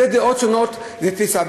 אלה דעות שונות, זאת תפיסה.